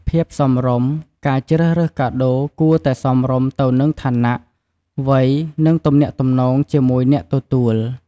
ភាពសមរម្យ ការជ្រើសរើសកាដូគួរតែសមរម្យទៅនឹងឋានៈ វ័យ និងទំនាក់ទំនងជាមួយអ្នកទទួល។